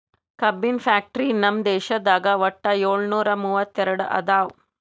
ಕಬ್ಬಿನ್ ಫ್ಯಾಕ್ಟರಿ ನಮ್ ದೇಶದಾಗ್ ವಟ್ಟ್ ಯೋಳ್ನೂರಾ ಮೂವತ್ತೆರಡು ಅದಾವ್